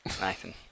Nathan